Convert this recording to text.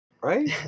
right